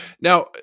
Now